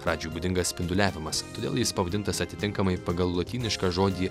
radžiui būdingas spinduliavimas todėl jis pavadintas atitinkamai pagal lotynišką žodį